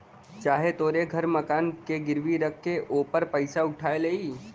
चाहे तोहरे घर मकान के गिरवी रख के ओपर पइसा उठा लेई